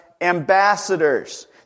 ambassadors